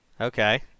Okay